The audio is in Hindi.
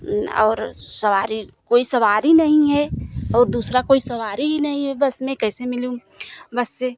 और सवारी कोई सवारी नहीं है और दूसरा कोई सवारी ही नहीं है बस में कैसे मिलूँ बस से